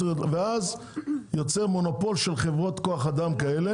וזה יוצר מונופול של חברות כוח אדם כאלה.